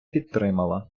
підтримала